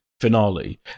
finale